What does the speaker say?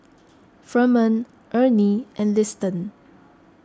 Ferman Ernie and Liston